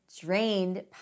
drained